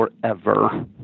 forever